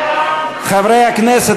חברי הכנסת,